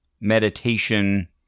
meditation